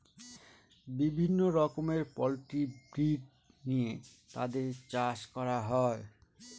বিভিন্ন রকমের poultry breed নিয়ে তাদের চাষ করা হয়